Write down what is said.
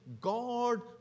God